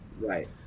Right